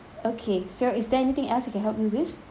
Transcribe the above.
okay so is there anything else I can help you with